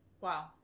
Wow